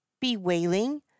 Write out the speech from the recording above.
bewailing